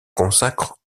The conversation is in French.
consacre